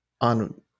on